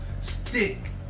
stick